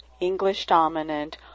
english-dominant